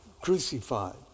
crucified